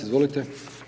Izvolite.